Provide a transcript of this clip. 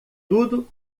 tudo